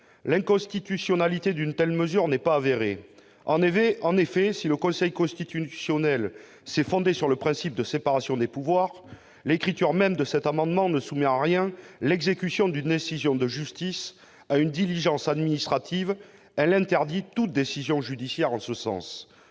l'inconstitutionnalité d'une telle mesure n'est pas avérée. En effet, si le Conseil constitutionnel s'est fondé sur le principe de séparation des pouvoirs, la rédaction même de cet amendement ne soumet en rien l'exécution d'une décision de justice à une diligence administrative : elle interdit toute décision judiciaire en ce sens.